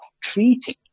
treating